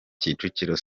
kicukiro